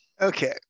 okay